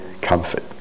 comfort